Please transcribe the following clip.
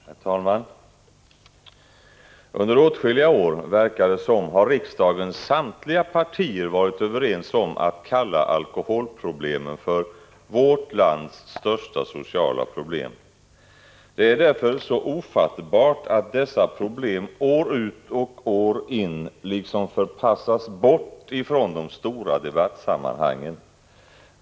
Herr talman! Under åtskilliga år, verkar det som, har riksdagens samtliga partier varit överens om att kalla alkoholproblemen för vårt lands största sociala problem. Det är därför så ofattbart att dessa problem år ut och år in liksom förpassas bort från de stora debattsammanhangen.